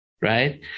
right